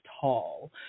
tall